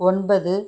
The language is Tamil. ஒன்பது